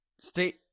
State